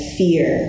fear